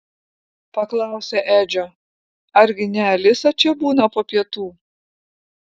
paklausė edžio argi ne alisa čia būna po pietų